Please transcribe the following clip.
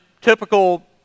typical